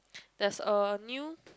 there's a new